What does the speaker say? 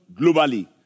globally